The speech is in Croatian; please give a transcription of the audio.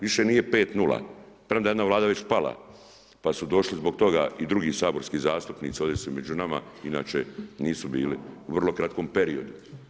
Više nije 5:0 premda je jedna Vlada već pala pa su došli zbog toga i drugi saborski zastupnici, ovdje su među nama, inače nisu bili u vrlo kratkom periodu.